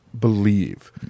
believe